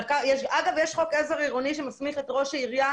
יש חוק עזר עירוני שמסמיך את ראש העירייה